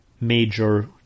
Major